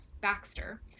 Baxter